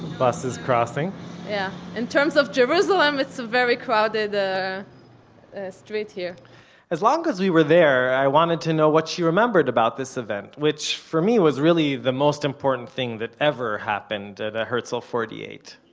bus is crossing yeah. in terms of jerusalem, it's a very crowded ah street here as long as we were there, i wanted to know what she remembered about this event, which for me was really the most important thing that ever happened at a herzl forty eight